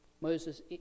Moses